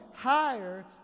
Higher